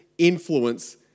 influence